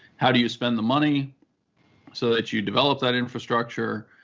how do you spend the money so that you develop that infrastructure,